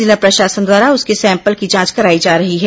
जिला प्रशासन द्वारा उसके सैंपल की जांच कराई जा रही है